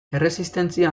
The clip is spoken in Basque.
erresistentzia